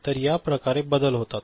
तर या प्रकारे बदल होतात